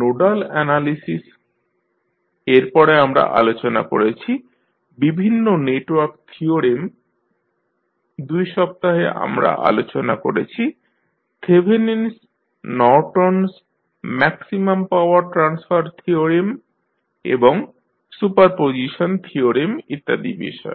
nodal analysis এরপরে আমরা আলোচনা করেছি বিভিন্ন নেটওয়ার্ক থিওরেম দুই সপ্তাহে আমরা আলোচনা করেছি Thevenin's Thevenin's Norton's Norton's maximum power transfer theorem এবং সুপার পজিশন থিওরেম ইত্যাদি বিষয়ে